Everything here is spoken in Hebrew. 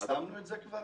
האם יישמנו את זה כבר?